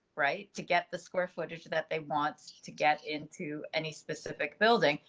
right. to get the square footage that they want so to get into any specific building.